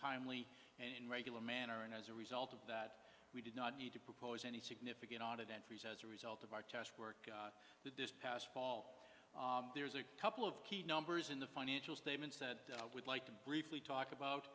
timely and regular manner and as a result of that we did not need to propose any significant audit entries as a result of our test work with this past fall there's a couple of key numbers in the financial statements that i would like to briefly talk about